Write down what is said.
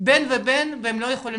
בין לבין והם לא יכולים